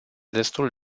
destul